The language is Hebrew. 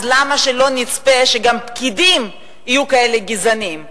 אז למה שלא נצפה שגם פקידים יהיו כאלה גזענים,